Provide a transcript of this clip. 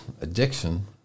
addiction